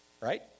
right